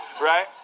right